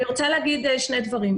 אני רוצה לומר שני דברים.